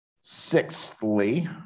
Sixthly